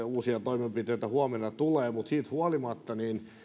uusia toimenpiteitä huomenna tulee mutta siitä huolimatta